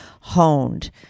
honed